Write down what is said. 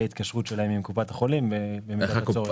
ההתקשרות שלהם עם קופת החולים במידת הצורך.